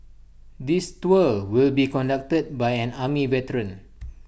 this tour will be conducted by an army veteran